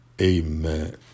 amen